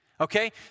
Okay